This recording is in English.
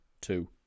Two